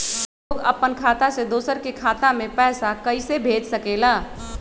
लोग अपन खाता से दोसर के खाता में पैसा कइसे भेज सकेला?